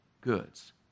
goods